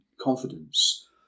confidence